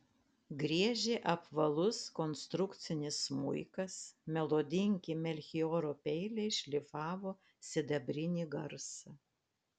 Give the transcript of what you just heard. griežė apvalus konstrukcinis smuikas melodingi melchioro peiliai šlifavo sidabrinį garsą